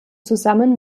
zusammen